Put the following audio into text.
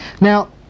Now